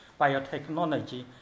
biotechnology